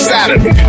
Saturday